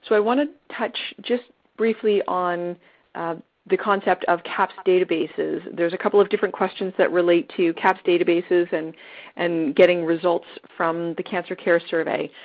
i want to touch just briefly on the concept of cahps databases. there's a couple of different questions that relate to cahps databases and and getting results from the cancer care survey.